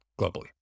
globally